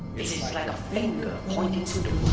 it's it's like a finger pointing to the